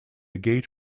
gate